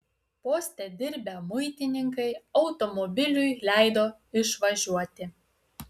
poste dirbę muitininkai automobiliui leido išvažiuoti